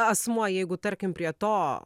asmuo jeigu tarkim prie to